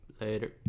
Later